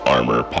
Armor